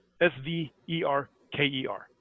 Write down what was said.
S-V-E-R-K-E-R